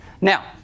Now